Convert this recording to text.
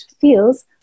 feels